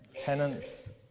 tenants